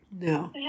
No